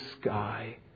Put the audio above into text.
sky